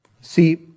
See